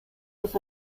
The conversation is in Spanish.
los